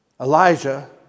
Elijah